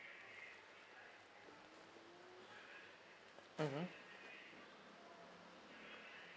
mmhmm